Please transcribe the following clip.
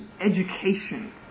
education